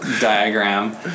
diagram